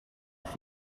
from